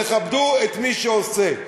תכבדו את מי שעושה,